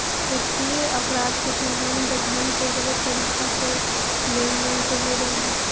वित्तीय अपराध के संबंध धन के गलत तरीका से लेन देन से जुड़ल हइ